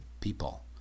people